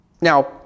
Now